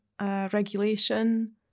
regulation